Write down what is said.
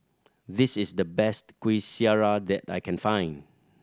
this is the best Kuih Syara that I can find